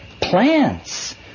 plants